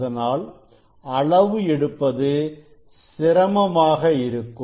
அதனால் அளவு எடுப்பது சிரமமாக இருக்கும்